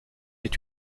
est